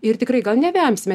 ir tikrai gal nevemsime